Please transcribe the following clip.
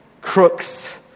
crooks